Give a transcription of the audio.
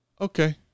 okay